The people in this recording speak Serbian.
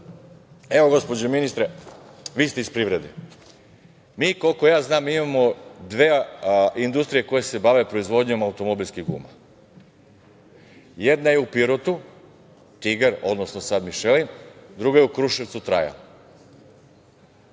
Gospođo ministre, vi ste iz privrede. Koliko znam, imamo dve industrije koje se bave proizvodnjom automobilskih guma. Jedna je u Pirotu, „Tigar“, odnosno sada „Mišelin“. Druga je u Kruševcu „Trajal“.